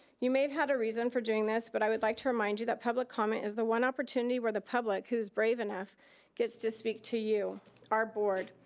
you may have had a reason for doing this, but i would like to remind you that public comment is the one opportunity where the public who is brave enough gets to speak to you our board,